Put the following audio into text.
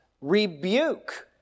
rebuke